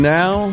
now